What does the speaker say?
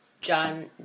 John